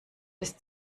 bis